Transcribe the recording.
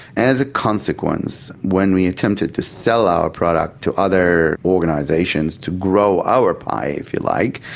as a consequence, when we attempted to sell our product to other organisations, to grow our pie, if you like,